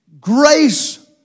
grace